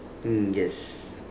mm yes